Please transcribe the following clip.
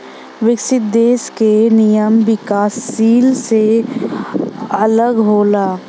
विकसित देश क नियम विकासशील से अलग होला